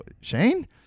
Shane